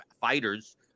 fighters